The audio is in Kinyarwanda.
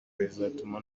rizatuma